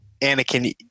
Anakin